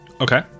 Okay